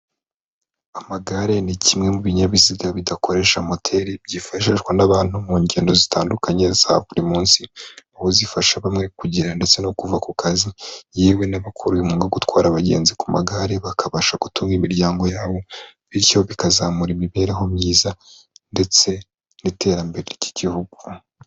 Amagare ni kimwe mu binyabiziga bidakoresha moteri byifashishwa n'abantu mu ngendo zitandukanye za buri munsi, ubu zifasha bamwe kugera ndetse no kuva ku kazi yewe n'abakora umwuga wo gutwara abagenzi ku magare bakabasha gutunga imiryango yabo bityo bikazamura imibereho myiza ndetse n'iterambere ry'igihugu.